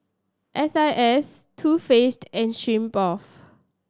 S I S Too Faced and Smirnoff